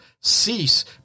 cease